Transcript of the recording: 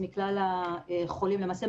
למעשה,